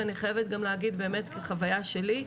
ואני חייבת גם להגיד כחוויה שלי,